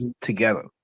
together